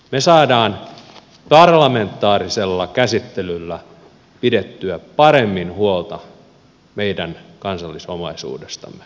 me saamme parlamentaarisella käsittelyllä pidettyä paremmin huolta meidän kansallisomaisuudestamme